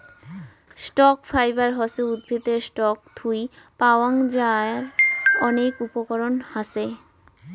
stock fibre হসে উদ্ভিদের stock থুই পাওয়াং যার অনেক উপকরণ হাছে